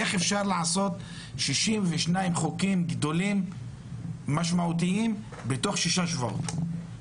איך אפשר להעביר 62 חוקים גדולים ומשמעותיים תוך שיש שבועות?